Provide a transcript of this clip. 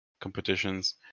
competitions